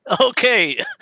Okay